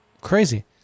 crazy